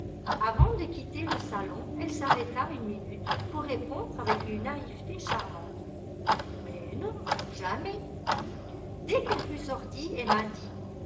avant de quitter le salon elle s'arrêta une minute pour répondre avec une naïveté charmante mais non jamais dès qu'elle fût sortie emma dit